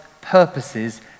purposes